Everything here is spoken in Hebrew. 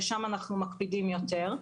ושם אנחנו מקפידים יותר.